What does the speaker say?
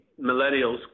millennials